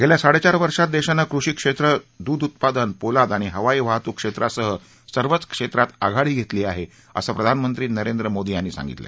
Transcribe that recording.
गेल्या साडेचार वर्षात देशाने कृषी क्षेत्र दुग्ध उत्पादन पोलाद आणि हवाई वाहतूक क्षेत्रासह सर्वच क्षेत्रात आघाडी घेतली आहे असं प्रधानमंत्री नरेंद्र मोदी यांनी सांगितलं